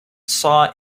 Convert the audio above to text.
saw